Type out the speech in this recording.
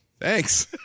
Thanks